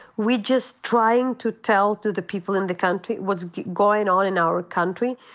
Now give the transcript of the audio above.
we're just trying to tell to the people in the country what's going on in our country.